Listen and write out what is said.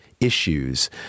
issues